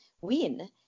win